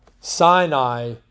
Sinai